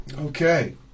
Okay